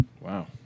wow